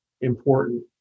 important